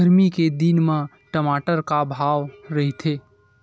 गरमी के दिन म टमाटर का भाव रहिथे?